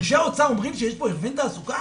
אנשי האוצר אומרים שיש פה הכוון תעסוקה?